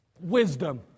wisdom